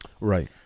Right